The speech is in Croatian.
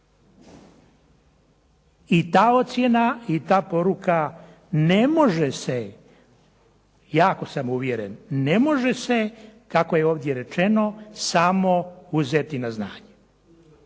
I ta ocjena i ta poruka ne može se, jako sam uvjeren, ne može se, kako je ovdje rečeno samo uzeti na znanje.